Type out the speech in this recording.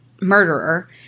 murderer